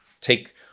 take